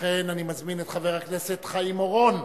אני מזמין את חבר הכנסת חיים אורון.